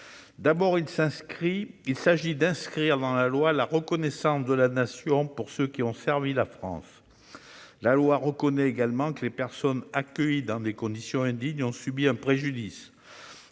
d'abord d'inscrire dans la loi la reconnaissance de la Nation envers ceux qui ont servi la France et d'admettre que les personnes accueillies dans des conditions indignes ont subi un préjudice.